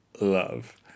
love